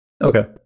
Okay